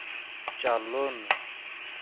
چلُن